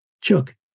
Chuck